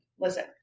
Listen